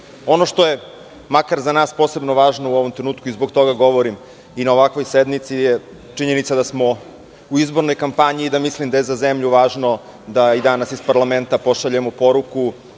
što je makar za nas posebno važno u ovom trenutku i zbog toga govorim i na ovakvoj sednici je činjenica da smo u izbornoj kampanji i da mislim da je za zemlju važno da danas iz parlamenta pošaljemo poruku